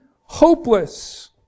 hopeless